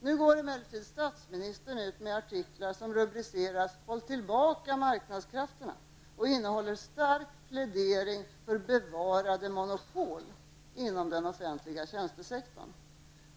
Nu går emellertid statsministern ut med artiklar som rubriceras ''Håll tillbaka marknadskrafterna'' och innehåller en stark plädering för bevarade monopol inom den offentliga tjänstesektorn.